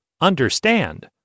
understand